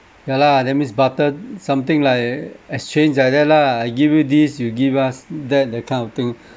ya lah that means barter something like exchange like that lah I give you this you give us that that kind of thing